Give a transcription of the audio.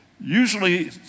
Usually